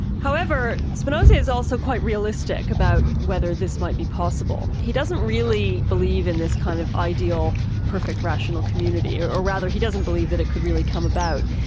however, spinoza is also quite realistic about whether this might be possible. he doesn't really believe in this kind of ideal perfect rational community, or or rather he doesn't believe that it could really come about.